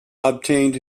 obtained